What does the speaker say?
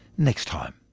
next time.